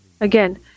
Again